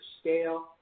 scale